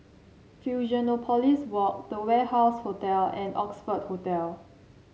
Fusionopolis Walk The Warehouse Hotel and Oxford Hotel